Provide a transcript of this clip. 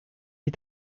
die